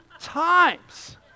times